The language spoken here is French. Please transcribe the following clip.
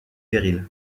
périls